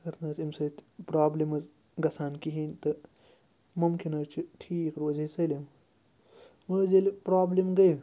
اگر نہٕ حظ اَمہِ سۭتۍ پرٛابلِم ٲس گژھان کِہیٖنۍ تہٕ مُمکِن حظ چھُ ٹھیٖک روزِ ہے سٲلِم وۄنۍ حظ ییٚلہِ پرٛابلِم گٔے